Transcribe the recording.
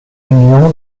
union